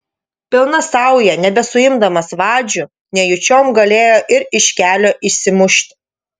pilna sauja nebesuimdamas vadžių nejučiom galėjo ir iš kelio išsimušti